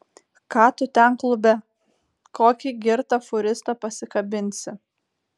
ką tu ten klube kokį girtą fūristą pasikabinsi